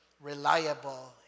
reliable